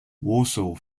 warsaw